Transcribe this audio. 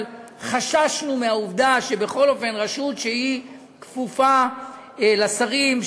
אבל חששנו מהעובדה שבכל אופן רשות שכפופה לשרים,